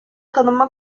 tanınma